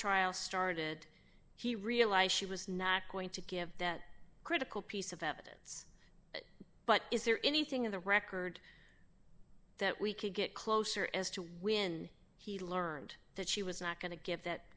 trial started she realized she was nat going to give that critical piece of evidence but is there anything in the record that we could get closer as to when he learned that she was not going to get that